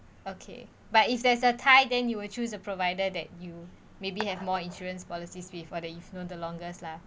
okay but if there is a tie then you will choose a provider that you maybe have more insurance policies before the if you know the longest lah